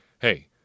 hey